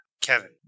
Kevin